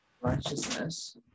Righteousness